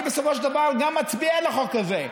אני בסופו של דבר גם מצביע לחוק הזה,